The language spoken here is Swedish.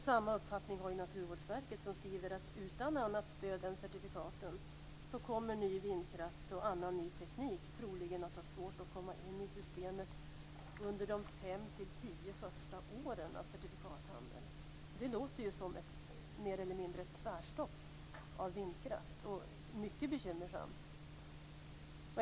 Samma uppfattning har Naturvårdsverket, som skriver att utan annat stöd än certifikaten kommer ny vindkraft och annan ny teknik troligen att ha svårt att komma in i systemet under de 5-10 första åren av certifikathandeln. Det låter mer eller mindre som ett tvärstopp för vindkraft. Det är mycket bekymmersamt.